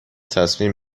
تصمیم